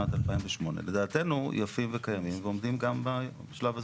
בשנת 2008 לדעתנו יפים וקיימים ועומדים גם בשלב הזה.